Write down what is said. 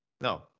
No